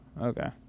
okay